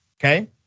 Okay